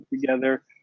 together